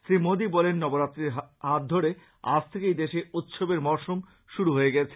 শ্রী মোদী বলেন নবরাত্রির হাত ধরে আজ থেকেই দেশে উৎসবের মরশুম শুরু হয়ে গেছে